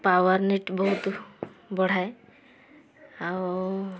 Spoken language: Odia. ପାୱାରନିଟ୍ ବହୁତ ବଢ଼ାଏ ଆଉ